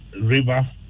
river